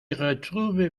retrouve